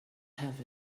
have